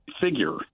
figure